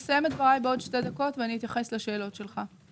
אסיים את דבריי בעוד שתי דקות ואתייחס לכל השאלות שלך.